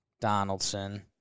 Donaldson